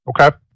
Okay